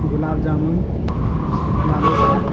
گلاب جامن بالو ساہ